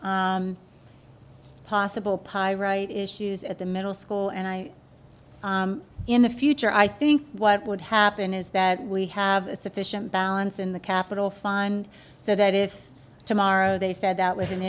possible pyrite issues at the middle school and i in the future i think what would happen is that we have a sufficient balance in the capital fund so that if tomorrow they said that was an